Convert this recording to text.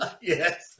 Yes